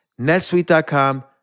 netsuite.com